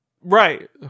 Right